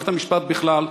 ומערכת המשפט בכלל,